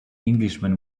englishman